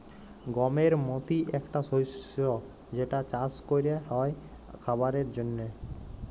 গমের মতি একটা শস্য যেটা চাস ক্যরা হ্যয় খাবারের জন্হে